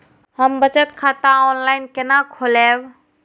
हम बचत खाता ऑनलाइन केना खोलैब?